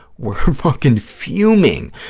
we're fucking fuming,